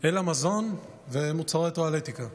אלא מזון ומוצרי טואלטיקה.